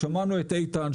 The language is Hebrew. שמענו את איתן,